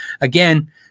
again